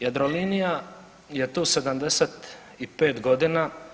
Jadrolinija je tu 75 godina.